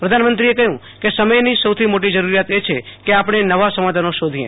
પ્રધાનમંત્રીએ કહ્યું કે સમયની સૌથી મોટી જરૂરિયાત એ છે કે આપણે નવા સમાધાનો શોધીએ